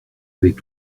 avec